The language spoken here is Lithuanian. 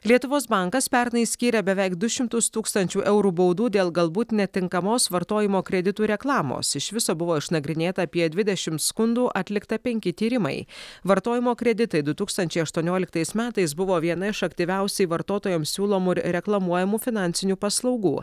lietuvos bankas pernai skyrė beveik du šimtus tūkstančių eurų baudų dėl galbūt netinkamos vartojimo kreditų reklamos iš viso buvo išnagrinėta apie dvidešim skundų atlikta penki tyrimai vartojimo kreditai du tūkstančiai aštuonioliktais metais buvo viena iš aktyviausiai vartotojams siūlomų ir reklamuojamų finansinių paslaugų